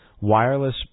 wireless